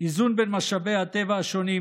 איזון בין משאבי הטבע השונים,